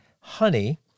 Honey